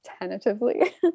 tentatively